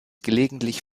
gelegentlich